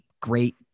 great